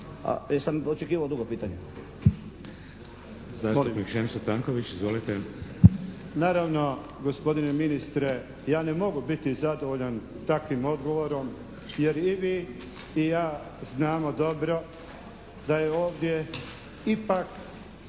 Tanković. Izvolite. **Tanković, Šemso (SDAH)** Naravno gospodine ministre, ja ne mogu biti zadovoljan takvim odgovorom jer i vi i ja znamo dobro da je ovdje ipak